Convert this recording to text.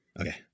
Okay